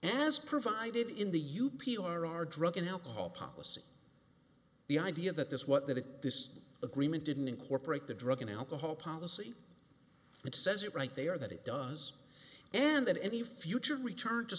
opportunity as provided in the u p a r r drug and alcohol policy the idea that this what that this agreement didn't incorporate the drug and alcohol policy it says it right there that it does and that any future return to